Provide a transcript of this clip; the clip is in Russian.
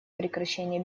прекращение